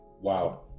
Wow